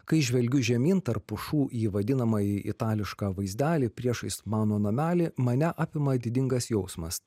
kai žvelgiu žemyn tarp pušų į vadinamąjį itališką vaizdelį priešais mano namelį mane apima didingas jausmas